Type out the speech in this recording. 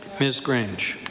ms. grej